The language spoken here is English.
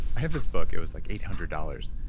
i have this book. it was like eight hundred dollars.